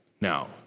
Now